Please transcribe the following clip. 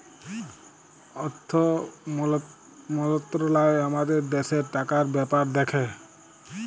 অথ্থ মলত্রলালয় আমাদের দ্যাশের টাকার ব্যাপার দ্যাখে